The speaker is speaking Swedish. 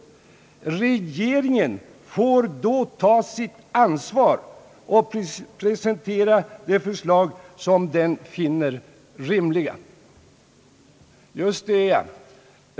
Regeringen får då ta sitt ansvar och presentera de förslag som den finner rimliga.» Just det.